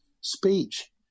speech